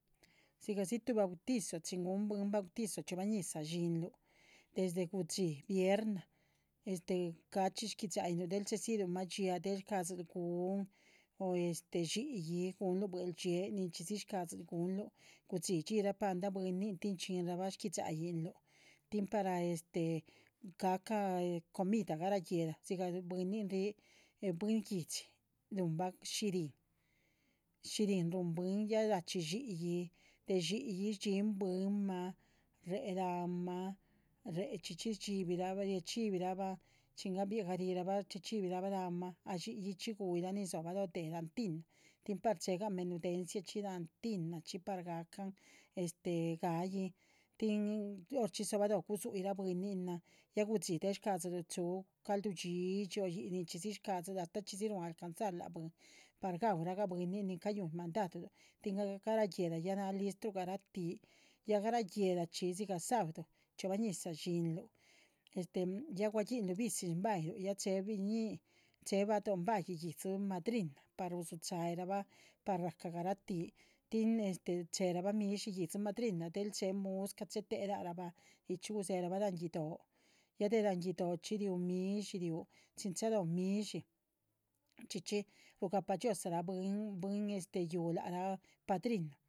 Dzigah diz tuh bautizo chin guhun bwín bautizo chxiobah ñizah shíhinluh desde gudxí viernah este gachxpi shgui´dxahinluh del chéhedzilmah dxiáa. del shcahadzil gun o este dxi´yi guhunluh buehldxiée ninchxí diz shcáhadziluh guhunluh gudxí dxírah paldah bwínin tin chxínrah bah shgui´dxayinluh. tin para este gahca he comida garah guéla dzigah bwínin rih eh bwín guihdxi ruhunbah shihrín, shihrín rúhun bwín ya rachxí dxi´yi de dxi´yi. shdxín bwínmah réhe láhanmah réhe chxí chxi chxí shdxíbirabah riachxíbi ra bah chin gabiah garih rahbah chxí chxí shdxibihirabah láhanmah dxi´yi chxí gu´yih raa. nin dzóhobah lóho déh láhan tinah tin par chéhegah menudencia chxí láhan tinah chxí par gahcan este ga´yin tin horchxí dzobalóho gudzúyih rah bwínan, ya gudxí del sh. ca´dziluh chúhu calduh dhxídhxi o yíc ninchxí dzi shcadzil astáh chxí dzi rúhun alcanzar láha bwín para gaúhragah bwínin nin cayúhun mandaduh tin garáh guéhla. náh listru garatih ya garáh guéhlachxi dzigah sábado chxiobah ñizah dxínluh este ya gua ginluh visi shbayiluh ya chin chéhe biñín chéhe bado´hn báyih. yihdzi madrina par rudzu cháyih bah par ragca garatih tin este chéherabah midshí yídzi madrina del chéhe muscah chehe teh lac ra bah chxí chxí gudzéherabah láhan guidó. ya de láhan guido´, chxí chxí riú midshí riú chin chalóho midshí chxí chxí rugapadhxiozaa rah bwín bwín este yuhú lac raa padrinuh.